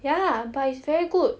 ya lah but it's very good